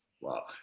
Wow